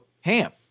ham